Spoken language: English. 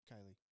Kylie